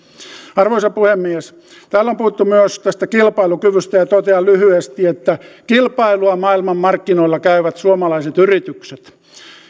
arvoisa puhemies täällä on puhuttu myös tästä kilpailukyvystä totean lyhyesti että kilpailua maailmanmarkkinoilla käyvät suomalaiset yritykset